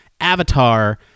avatar